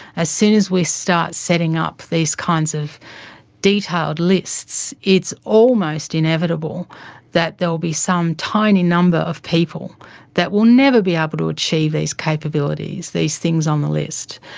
as soon as we start setting up these kinds of detailed lists, it's almost inevitable that there'll be some tiny number of people that will never be able to achieve these capabilities, these things on the list.